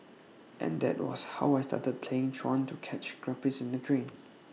and that was how I started playing truant to catch guppies in the drain